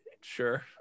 sure